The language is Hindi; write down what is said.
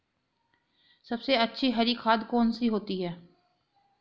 सबसे अच्छी हरी खाद कौन सी होती है?